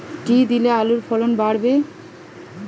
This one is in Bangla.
কী দিলে আলুর ফলন বাড়বে?